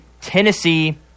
Tennessee